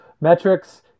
metrics